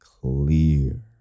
Clear